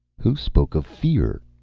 who spoke of fear?